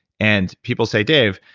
and people say, dave,